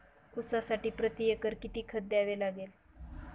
ऊसासाठी प्रतिएकर किती खत द्यावे लागेल?